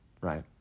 right